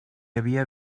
havia